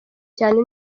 cyane